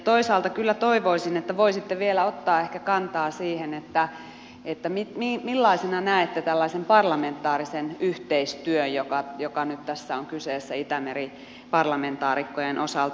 toisaalta kyllä toivoisin että voisitte vielä ehkä ottaa kantaa siihen millaisena näette parlamentaarisen yhteistyön joka nyt tässä on kyseessä itämeri parlamentaarikkojen osalta